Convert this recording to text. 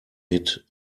mit